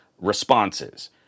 responses